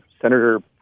Senator